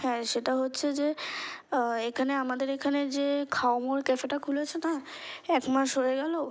হ্যাঁ সেটা হচ্ছে যে এখানে আমাদের এখানে যে খাও মোর ক্যাফেটা খুলেছে না এক মাস হয়ে গেলো